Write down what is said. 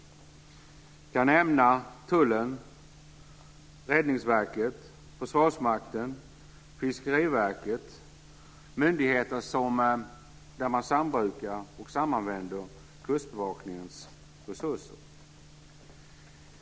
Jag kan nämna Tullen, Räddningsverket, Försvarsmakten och Fiskeriverket, myndigheter där man sambrukar och samanvänder Kustbevakningens resurser.